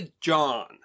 John